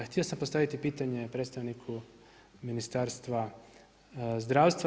Htio sam postaviti pitanje predstavniku Ministarstva zdravstva.